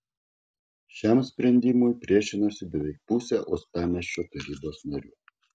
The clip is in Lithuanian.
šiam sprendimui priešinosi beveik pusė uostamiesčio tarybos narių